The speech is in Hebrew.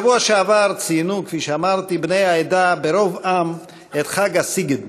בשבוע שעבר ציינו בני העדה ברוב עם את חג הסיגד,